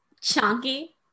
Chunky